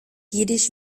jiddisch